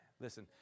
Listen